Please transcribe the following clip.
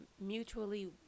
mutually